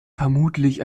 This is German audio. vermutlich